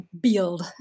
build